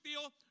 feel